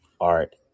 art